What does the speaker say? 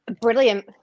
Brilliant